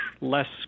less